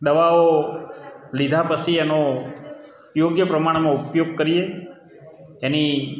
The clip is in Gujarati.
દવાઓ લીધા પછી એનો યોગ્ય પ્રમાણમાં ઉપયોગ કરીએ એની